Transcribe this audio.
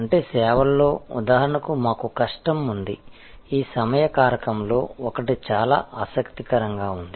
అంటే సేవల్లో ఉదాహరణకు మాకు కష్టం ఉంది ఈ సమయ కారకం లో ఒకటి చాలా ఆసక్తికరంగా ఉంది